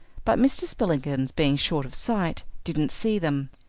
but mr. spillikins, being short of sight, didn't see them.